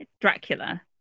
dracula